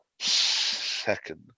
second